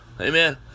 Amen